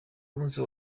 umunsi